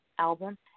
Album